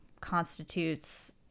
constitutes